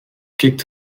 kicked